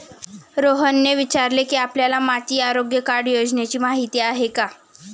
रोहनने विचारले की, आपल्याला माती आरोग्य कार्ड योजनेची माहिती आहे का?